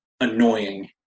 annoying